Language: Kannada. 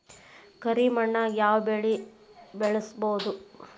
ಕರಿ ಮಣ್ಣಾಗ್ ಯಾವ್ ಬೆಳಿ ಬೆಳ್ಸಬೋದು?